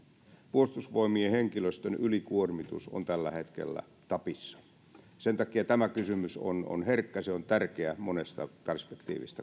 puolustusvoimien henkilöstön ylikuormitus on tällä hetkellä tapissa sen takia tämä kysymys on herkkä se on tärkeä monesta perspektiivistä